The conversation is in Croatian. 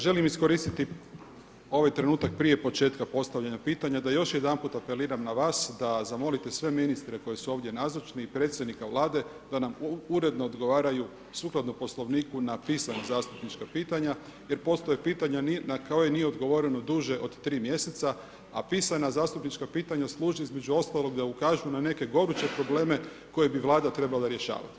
Želim iskoristiti ovaj trenutak prije početka postavljanja pitanja da još jedanput apeliram na vas da zamolite sve ministre koji su ovdje nazočni i predsjednika Vlade da nam uredno odgovaraju, sukladno Poslovniku na pisana zastupnička pitanja jer postoje pitanja na koja nije odgovoreno duže od 3 mjeseca, a pisana zastupnička pitanja služe između ostaloga da ukažu na neke goruće probleme koje bi Vlada trebala rješavati.